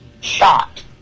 shot